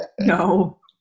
No